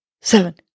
seven